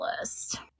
list